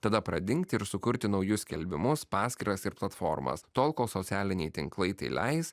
tada pradingti ir sukurti naujus skelbimus paskyras ir platformas tol kol socialiniai tinklai tai leis